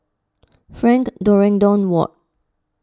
Frank Dorrington Ward